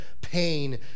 pain